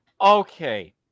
Okay